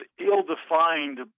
ill-defined